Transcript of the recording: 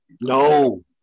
No